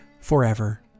forever